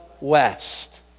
west